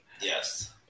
Yes